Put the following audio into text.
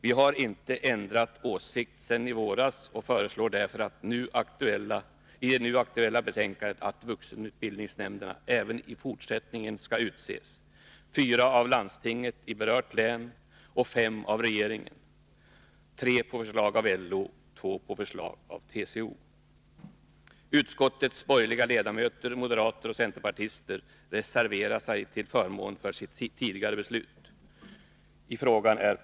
Vi har inte ändrat åsikt sedan i våras och föreslår därför i nu aktuella betänkande att representanterna i vuxenutbildningsnämnderna även i fortsättningen skall utses, fyra av landstinget i berört län och fem av regeringen, av vilka tre på förslag av LO och två på förslag av TCO. Utskottets borgerliga ledamöter, moderater och centerpartister reserverar sig till förmån för sitt tidigare beslut i frågan.